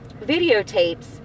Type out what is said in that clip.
videotapes